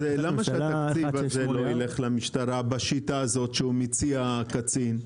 אז למה שהתקציב הזה לא ילך למשטרה בשיטה הזאת שמציע הקצין?